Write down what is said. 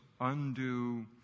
undue